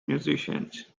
musicians